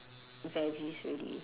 veggies already